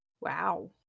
Wow